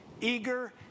eager